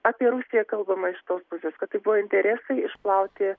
apie rusiją kalbama iš tos pusės kad tai buvo interesai išplauti